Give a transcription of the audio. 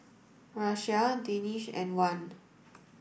Raisya Danish and Wan